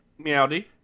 Meowdy